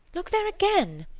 look there again!